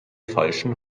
falschen